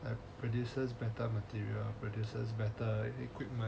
like produces better material produces better equipment